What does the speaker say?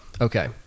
okay